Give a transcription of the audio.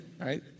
Right